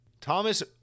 Thomas